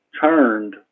turned